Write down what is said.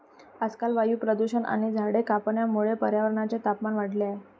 आजकाल वायू प्रदूषण आणि झाडे कापण्यामुळे पर्यावरणाचे तापमान वाढले आहे